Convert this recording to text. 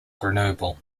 grenoble